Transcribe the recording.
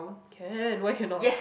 can why cannot